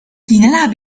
لنلعب